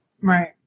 Right